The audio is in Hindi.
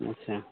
अच्छा